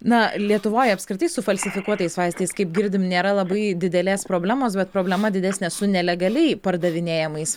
na lietuvoj apskritai su falsifikuotais vaistais kaip girdim nėra labai didelės problemos bet problema didesnė su nelegaliai pardavinėjamais